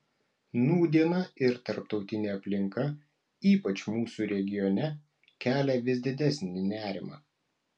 nūdiena ir tarptautinė aplinka ypač mūsų regione kelia vis didesnį nerimą